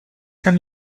can